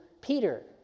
peter